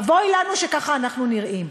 אבוי לנו שככה אנחנו נראים.